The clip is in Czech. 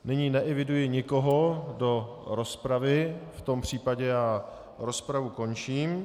Nyní neeviduji nikoho do rozpravy, v tom případě rozpravu končím.